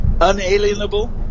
unalienable